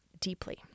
deeply